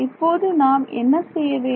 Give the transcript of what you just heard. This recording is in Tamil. இப்போது நாம் என்ன செய்ய வேண்டும்